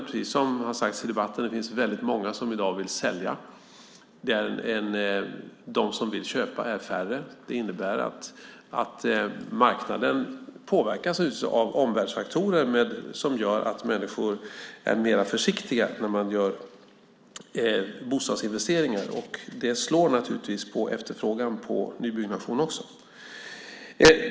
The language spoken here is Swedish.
Precis som har sagts i debatten finns det väldigt många som i dag vill sälja. De som vill köpa är färre. Marknaden påverkas naturligtvis av omvärldsfaktorer som gör att människor är mer försiktiga när de gör bostadsinvesteringar. Det slår naturligtvis också på efterfrågan på nybyggnation.